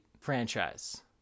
franchise